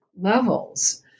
levels